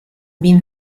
been